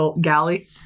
Galley